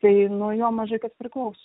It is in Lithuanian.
tai nuo jo mažai kas priklauso